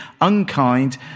unkind